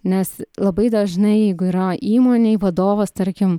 nes labai dažnai jeigu yra įmonėj vadovas tarkim